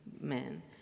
men